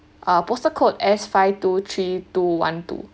uh postal code S five two three two one two